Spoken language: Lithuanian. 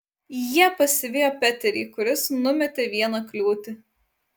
jie pasivijo peterį kuris numetė vieną kliūtį